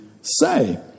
say